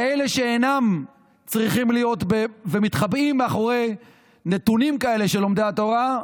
ואלה שאינם צריכים להיות ומתחבאים מאחורי נתונים כאלה של לומדי התורה,